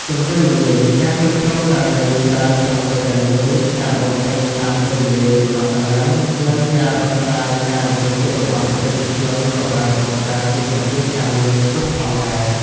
ទទ្ទឹមនឹងនេះ ការគ្រប់គ្រងករណីច្រើនក្នុងពេលតែមួយ ការបំពេញតាមពេលវេលាកំណត់តឹងរ៉ឹង និងការដោះស្រាយការរំពឹងទុករបស់អតិថិជនក៏អាចបង្កើតជាសម្ពាធការងារខ្ពស់ផងដែរ។